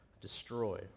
destroy